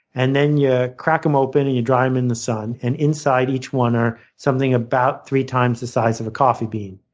and then you yeah crack them open and you dry them in the sun. and inside each one are something about three times the size of a coffee bean.